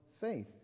faith